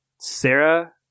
Sarah